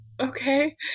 Okay